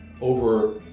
over